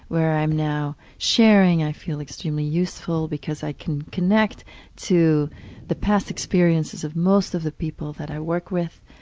where i'm now sharing, i feel extremely useful because i can connect to the past experiences of most of the people that i work with.